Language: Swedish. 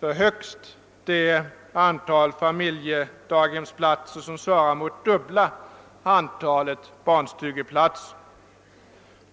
för högst det antal familjedaghemsplatser som svarar mot dubbla antalet barnstugeplatser.